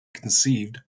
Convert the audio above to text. conceived